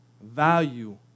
value